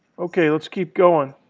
okay. let's keep going.